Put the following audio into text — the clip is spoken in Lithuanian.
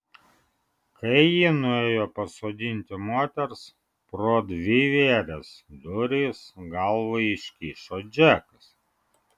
kai ji nuėjo pasodinti moters pro dvivėres duris galvą iškišo džekas